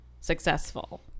successful